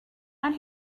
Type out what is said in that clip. out